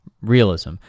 Realism